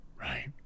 right